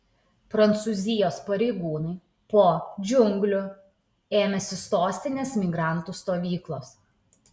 prancūzijos pareigūnai po džiunglių ėmėsi sostinės migrantų stovyklos